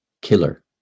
killer